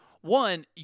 One